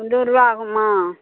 முந்நூறுபா ஆகுமா